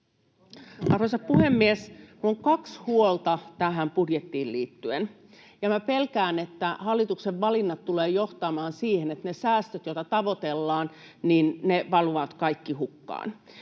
Arvoisa puhemies! On kaksi huolta tähän budjettiin liittyen, ja minä pelkään, että hallituksen valinnat tulevat johtamaan siihen, että ne säästöt, joita tavoitellaan, valuvat kaikki hukkaan.